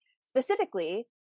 specifically